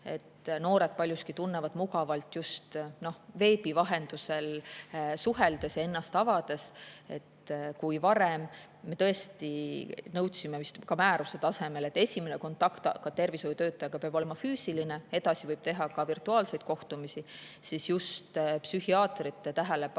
Noored paljuski tunnevad end mugavalt just veebi vahendusel suheldes ja ennast avades. Kui varem me tõesti nõudsime vist ka määruse tasemel, et esimene kontakt tervishoiutöötajaga peab olema füüsiline, edasi võib teha ka virtuaalseid kohtumisi, siis just psühhiaatrid juhtisid